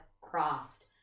crossed